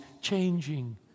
changing